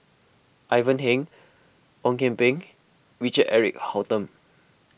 Ivan Heng Ong Kian Peng Richard Eric Holttum